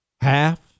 half